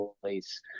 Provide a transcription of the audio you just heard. place